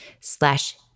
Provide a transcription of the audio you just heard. slash